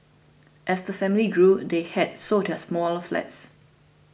as the family grew they had sold their smaller flats